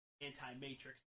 anti-Matrix